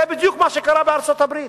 זה בדיוק מה שקרה בארצות-הברית.